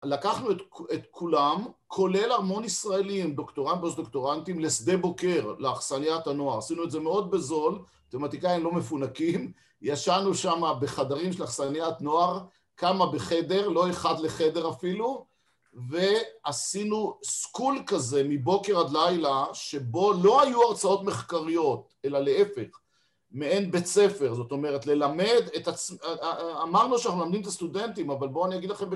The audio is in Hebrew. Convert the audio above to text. לקחנו את כולם, כולל המון ישראלים, דוקטורנטים, פוסט דוקטורנטים, לשדה בוקר לאכסניית הנוער. עשינו את זה מאוד בזול, מתמטיקאים לא מפונקים, ישנו שמה בחדרים של אכסניית נוער, כמה בחדר, לא אחד לחדר אפילו, ועשינו סקול כזה מבוקר עד לילה, שבו לא היו הרצאות מחקריות, אלא להפך, מעין בית ספר, זאת אומרת, ללמד את עצמ... אמרנו שאנחנו למדים את הסטודנטים, אבל בואו אני אגיד לכם,